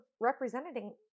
representing